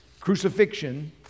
Crucifixion